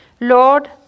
Lord